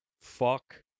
fuck